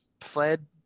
fled